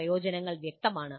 പ്രയോജനങ്ങൾ വ്യക്തമാണ്